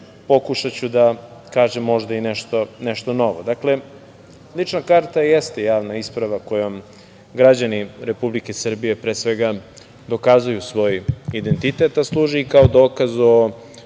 pokušaću da kažem možda i nešto novo. Dakle, lična karta jeste javna isprava kojom građani Republike Srbije, pre svega, dokazuju svoj identitet, a služi i kao dokaz o